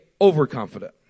overconfident